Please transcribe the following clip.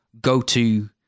go-to